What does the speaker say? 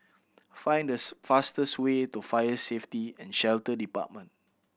find fastest way to Fire Safety And Shelter Department